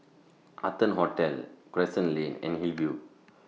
Arton Hotel Crescent Lane and Hillview